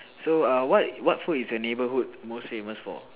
so err what what food is your neighborhood most famous for